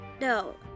no